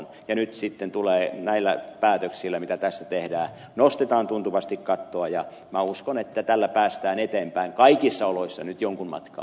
ja nyt sitten näillä päätöksillä jotka tässä tehdään nostetaan tuntuvasti kattoa ja minä uskon että tällä päästään eteenpäin kaikissa oloissa nyt jonkun matkaa